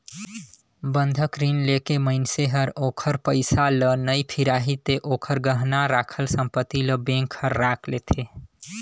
बंधक रीन लेके मइनसे हर ओखर पइसा ल नइ फिराही ते ओखर गहना राखल संपति ल बेंक हर राख लेथें